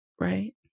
Right